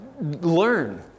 learn